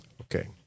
Okay